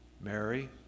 Mary